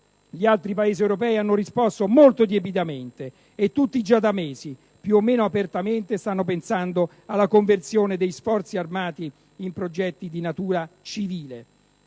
gli altri Paesi europei hanno risposto molto tiepidamente e tutti, già da mesi e più o meno apertamente, stanno pensando alla conversione degli sforzi armati in progetti di natura civile.